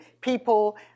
people